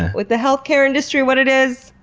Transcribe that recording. ah with the healthcare industry what it is,